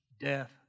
death